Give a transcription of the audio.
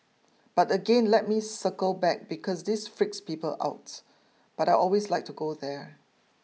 but again let me circle back because this freaks people out but I always like to go there